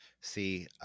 See